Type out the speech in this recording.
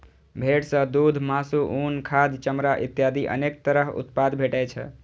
भेड़ सं दूघ, मासु, उन, खाद, चमड़ा इत्यादि अनेक तरह उत्पाद भेटै छै